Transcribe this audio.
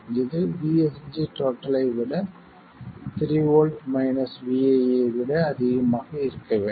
இது VSG ஐ விட 3 வோல்ட் vi ஐ விட அதிகமாக இருக்க வேண்டும்